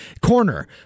corner